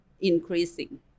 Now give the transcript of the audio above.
increasing